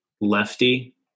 lefty